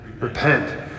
Repent